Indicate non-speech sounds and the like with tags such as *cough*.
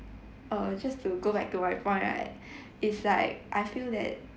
err just to go back to my point right *breath* is like I feel that